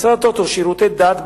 משרד הדתות או שירותי דת,